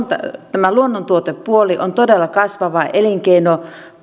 tämä luonnontuotepuoli on todella kasvava elinkeino